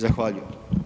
Zahvaljujem.